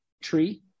tree